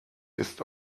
ist